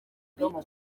ibihumbi